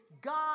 God